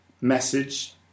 message